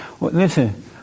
Listen